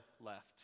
left